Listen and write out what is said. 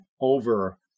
over